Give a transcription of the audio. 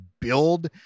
build